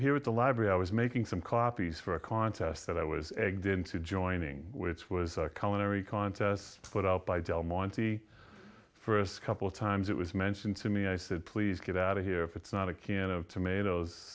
hear at the library i was making some copies for a contest that i was egged into joining which was a commentary contest put up by del monte first couple of times it was mentioned to me i said please get out of here if it's not a can of tomatoes